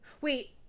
wait